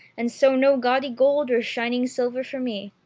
and so no gaudy gold or shining silver for me.